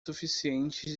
suficientes